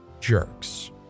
jerks